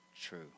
true